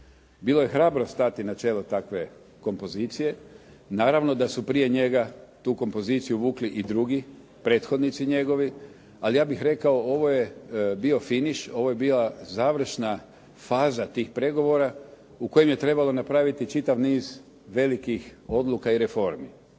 Bilo je hrabro stati na čelo takve kompozicije. Naravno da su prije njega tu kompoziciju vukli i drugi prethodnici njegovi. Ali ja bih rekao ovo je bio finiš, ovo je bila završna faza tih pregovora u kojim je trebalo napraviti čitav niz velikih odluka i reformi.